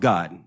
God